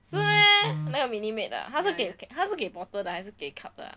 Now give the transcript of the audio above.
是 meh 那个 minute maid 的 ah 他是给他是给 bottle 的还是给 cup 的 ah